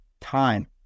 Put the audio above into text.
time